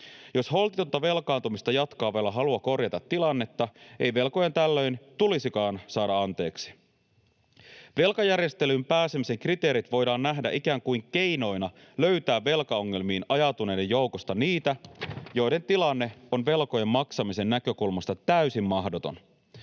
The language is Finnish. Jos holtitonta velkaantumista jatkaa vailla halua korjata tilannetta, ei velkojaan tällöin tulisikaan saada anteeksi. Velkajärjestelyyn pääsemisen kriteerit voidaan nähdä ikään kuin keinoina löytää velkaongelmiin ajautuneiden joukosta niitä, joiden tilanne on velkojen maksamisen näkökulmasta täysin mahdoton.